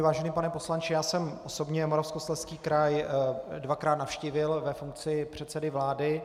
Vážený pane poslanče, já jsem osobně Moravskoslezský kraj dvakrát navštívil ve funkci předsedy vlády.